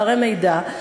פערי מידע,